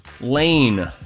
Lane